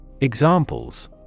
Examples –